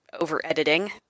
over-editing